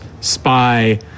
Spy